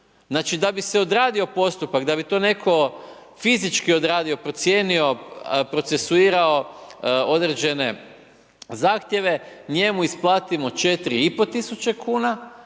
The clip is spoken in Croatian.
znači da bi se odradio postupak, da bi to netko fizički odradio, procijenio, procesuirao određene zahtjeve, njemu isplatimo 4500 kuna,